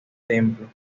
templo